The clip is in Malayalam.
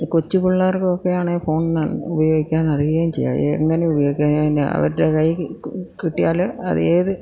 ഈ കൊച്ചു പിള്ളേർക്കൊക്കെയാണേൽ ഫോണ് നന് ഉപയോഗിക്കാൻ അറിയുകേയും ചെയ്യാം എങ്ങനെ ഉപയോഗിക്കാനെന്നാ അവരുടെ കൈ കിട്ടിയാൽ അതേത്